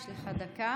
יש לך דקה.